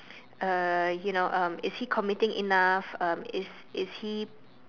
uh you know um is he committing enough um is is he